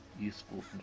useful